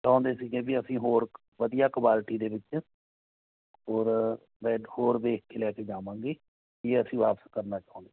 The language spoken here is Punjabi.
ਚਾਹੁੰਦੇ ਸੀਗੇ ਅਸੀਂ ਹੋਰ ਵਧੀਆ ਕਵਾਲਟੀ ਦੇ ਵਿੱਚ ਹੋਰ ਬੈੱਡ ਹੋਰ ਦੇਖ ਕੇ ਲੈ ਕੇ ਜਾਵਾਂਗੇ ਇਹ ਅਸੀਂ ਵਾਪਸ ਕਰਨਾ ਚਾਹੁੰਦੇ